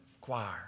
choir